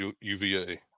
UVA